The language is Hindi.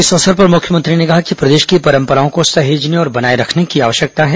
इस अवसर मुख्यमंत्री ने कहा कि प्रदेश की परंपराओं को सहेजने और बनाए रखने की आवश्यकता है